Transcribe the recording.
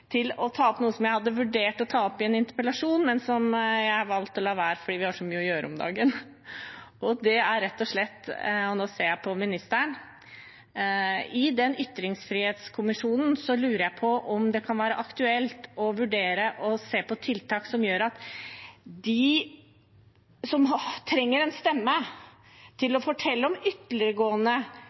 å ta opp noe jeg hadde vurdert å ta opp i en interpellasjon, men som jeg har valgt å la være fordi vi har så mye å gjøre om dagen. Det er rett og slett dette – og nå ser jeg på ministeren: I den ytringsfrihetskommisjonen lurer jeg på om det kan være aktuelt å vurdere tiltak for dem som trenger en stemme til å fortelle om